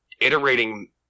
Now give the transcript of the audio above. iterating